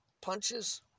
punches